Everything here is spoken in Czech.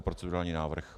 Procedurální návrh.